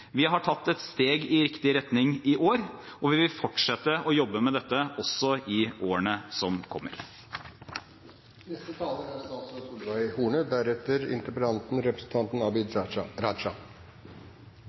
Vi har tatt et steg i riktig retning i år, og vi vil fortsette å jobbe med dette også i årene som kommer. I likhet med kunnskapsministeren vil jeg også takke interpellanten